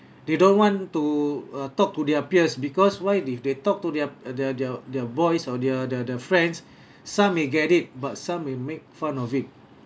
they don't want to uh talk to their peers because why if they talk to their their their their boys or their their their friends some may get it but some will make fun of it